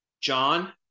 John